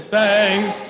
thanks